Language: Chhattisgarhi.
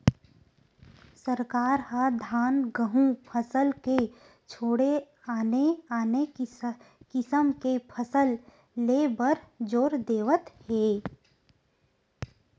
सरकार ह धान, गहूँ फसल के छोड़े आने आने किसम के फसल ले बर जोर देवत हे